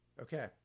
Okay